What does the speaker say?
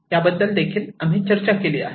याबद्दल देखील आम्ही चर्चा केली आहे